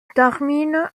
termine